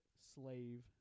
slave